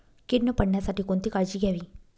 कीड न पडण्यासाठी कोणती काळजी घ्यावी?